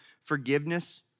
forgiveness